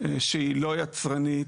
שהיא לא יצרנית,